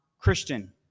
Christian